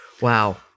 wow